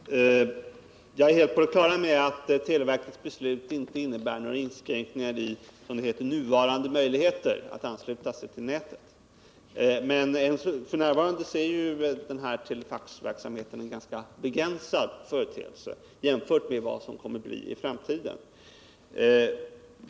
Herr talman! Jag är helt på det klara med att televerkets beslut inte innebär några inskränkningar i, som det heter, nuvarande möjligheter att ansluta sig till nätet. Men f. n. är ju telefaxverksamheten en ganska begränsad företeelse jämfört med vad den kommer att bli i framtiden.